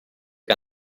che